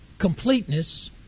completeness